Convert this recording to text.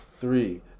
three